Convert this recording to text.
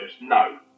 No